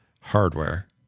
hardware